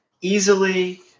Easily